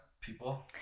people